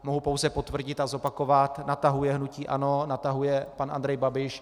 Mohu pouze potvrdit a zopakovat, na tahu je hnutí ANO, na tahu je pan Andrej Babiš.